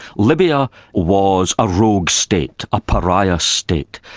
libya was a rogue state, a pariah state,